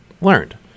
learned